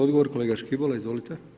Odgovor, kolega Škibola izvolite.